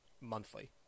monthly